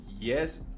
Yes